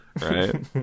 Right